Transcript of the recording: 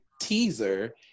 teaser